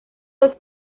los